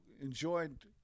enjoyed